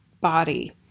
body